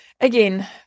again